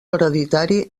hereditari